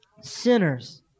sinners